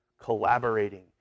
collaborating